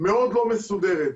מאוד לא מסודרת,